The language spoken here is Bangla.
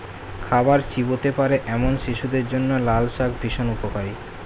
খাবার চিবোতে পারে এমন শিশুদের জন্য লালশাক ভীষণ উপকারী